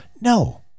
No